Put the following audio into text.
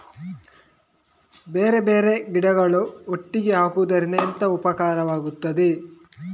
ಬೇರೆ ಬೇರೆ ಗಿಡಗಳು ಒಟ್ಟಿಗೆ ಹಾಕುದರಿಂದ ಎಂತ ಉಪಕಾರವಾಗುತ್ತದೆ?